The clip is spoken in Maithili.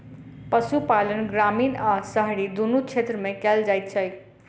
पशुपालन ग्रामीण आ शहरी दुनू क्षेत्र मे कयल जाइत छै